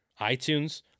iTunes